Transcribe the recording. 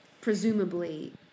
presumably